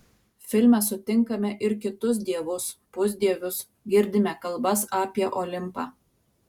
filme sutinkame ir kitus dievus pusdievius girdime kalbas apie olimpą